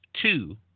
two